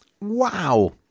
Wow